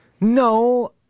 No